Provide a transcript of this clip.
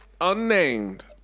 unnamed